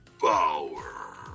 power